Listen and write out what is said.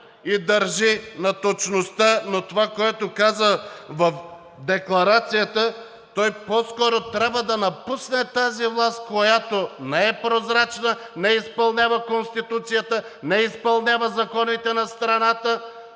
и държи на точността и на това, което каза в декларацията, той по-скоро трябва да напусне тази власт, която не е прозрачна, не изпълнява Конституцията, не изпълнява законите на страната,